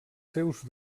seus